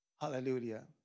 Hallelujah